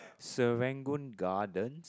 Serangoon Gardens